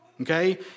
okay